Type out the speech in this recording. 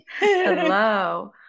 hello